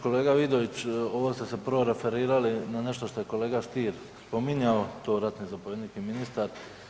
Kolega Vidović ovo ste se prvo referirali na nešto što je kolega Stier spominjao to ratni zapovjednik i ministar.